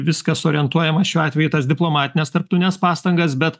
viskas orientuojama šiuo atveju į tas diplomatines tarptautines pastangas bet